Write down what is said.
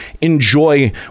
enjoy